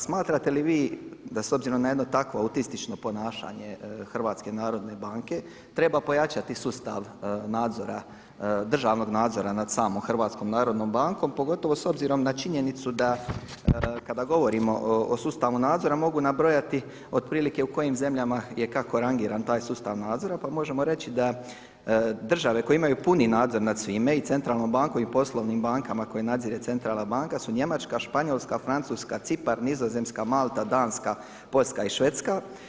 Smatrate li vi da s obzirom na jedno takvo autistično ponašanje HNB-a treba pojačati sustav državnog nadzora nad samom HNB-om pogotovo s obzirom na činjenicu da kada govorimo o sustavu nadzora mogu nabrojati otprilike je u kojim zemljama je kako rangirani taj sustav nadzora, pa možemo reći da države koje imaju puni nadzor nad svime i centralnom bankom i poslovnim bankama koje nadzire centralna banka su Njemačka, Španjolska, Francuska, Cipar, Nizozemska, Malta, Danska, Poljska i Švedska.